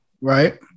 right